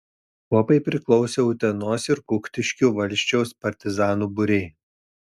kuopai priklausė utenos ir kuktiškių valsčiaus partizanų būriai